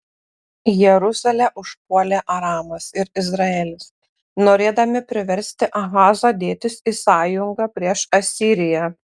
jeruzalę užpuolė aramas ir izraelis norėdami priversti ahazą dėtis į sąjungą prieš asiriją